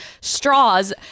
straws